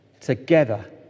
Together